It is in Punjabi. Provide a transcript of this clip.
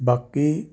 ਬਾਕੀ